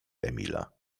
emila